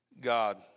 God